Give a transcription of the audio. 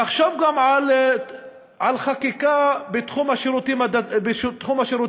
נחשוב גם על חקיקה בתחום השירותים הדתיים,